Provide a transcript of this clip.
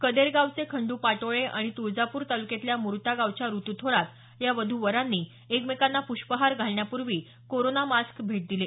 कदेर गावचे खंडू पाटोळे आणि तुळजापूर तालुक्यातल्या मुर्टा गावच्या ऋतू थोरात या वधू वरांनी एकमेकांना पृष्पहार घालण्यापूर्वी कोरोना मास्क भेट दिले